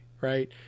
right